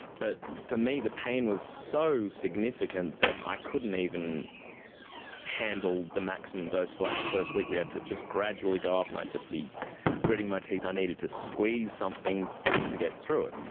but for me the pain was so significant that i couldn't even handle the maximum dose for like the first week, we had to just gradually go up and i'd just be gritting my teeth, i needed to squeeze something just to get through it.